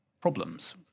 problems